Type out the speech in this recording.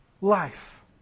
life